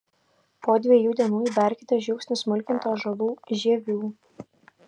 po dviejų dienų įberkite žiupsnį smulkintų ąžuolų žievių